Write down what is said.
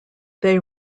they